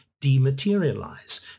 dematerialize